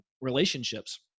relationships